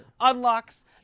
unlocks